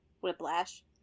Whiplash